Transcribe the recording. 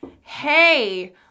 hey